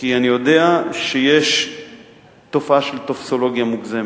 כי אני יודע שיש תופעה של טופסולוגיה מוגזמת.